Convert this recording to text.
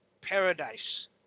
paradise